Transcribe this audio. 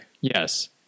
Yes